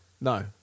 No